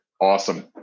awesome